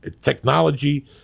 Technology